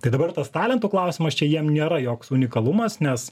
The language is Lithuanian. tai dabar tas talentų klausimas čia jiems nėra joks unikalumas nes